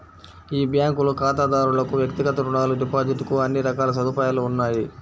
ఈ బ్యాంకులో ఖాతాదారులకు వ్యక్తిగత రుణాలు, డిపాజిట్ కు అన్ని రకాల సదుపాయాలు ఉన్నాయి